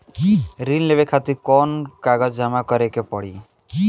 ऋण लेवे खातिर कौन कागज जमा करे के पड़ी?